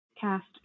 cast